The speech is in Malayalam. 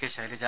കെ ശൈലജ